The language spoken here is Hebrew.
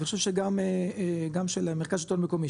ואני חושב שגם של מרכז השלטון המקומי,